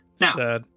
Now